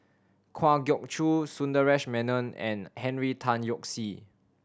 Kwa Geok Choo Sundaresh Menon and Henry Tan Yoke See